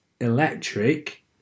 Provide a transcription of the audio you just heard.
Electric